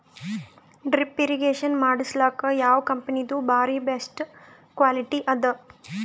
Drip irrigation ಮಾಡಸಲಕ್ಕ ಯಾವ ಕಂಪನಿದು ಬಾರಿ ಬೆಸ್ಟ್ ಕ್ವಾಲಿಟಿ ಅದ?